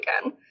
again